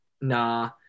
Nah